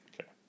Okay